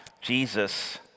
Jesus